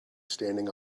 standing